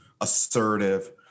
assertive